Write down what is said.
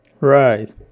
Right